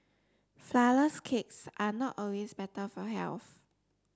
flourless cakes are not always better for health